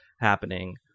happening